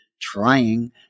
trying